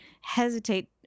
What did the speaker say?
hesitate